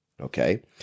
okay